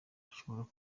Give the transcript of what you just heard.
ashobora